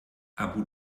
abu